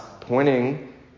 pointing